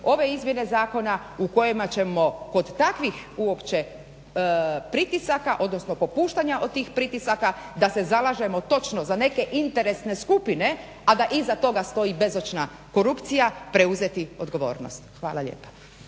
ove izmjene zakona u kojima ćemo kod takvih uopće pritisaka odnosno popuštanja od tih pritisaka da se zalažemo točno za neke interesne skupine, a da iza toga stoji bezočna korupcija preuzeti odgovornost. Hvala lijepa.